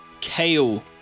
Kale